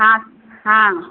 हाँ हाँ